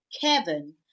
Kevin